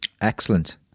Excellent